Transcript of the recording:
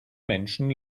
menschen